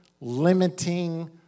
limiting